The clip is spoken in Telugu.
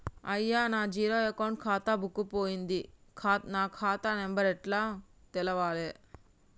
అయ్యా నా జీరో అకౌంట్ ఖాతా బుక్కు పోయింది నా ఖాతా నెంబరు ఎట్ల తెలవాలే?